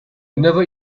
never